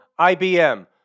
ibm